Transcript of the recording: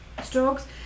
strokes